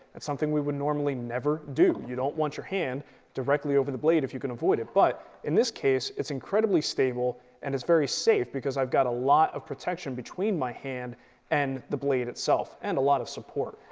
that's something we would normally never do. you don't want your hand directly over the blade if you can avoid it, but in this case, it's incredibly stable and it's very safe because i've got a lot of protection between my hand and the blade itself and a lot of support.